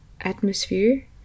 atmosphere